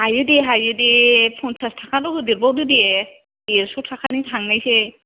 हायो दे हायो दे पनसास थाखाल' होदेरबावदो दे देरस' थाखानि थांनायसै